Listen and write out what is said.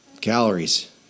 Calories